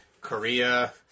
Korea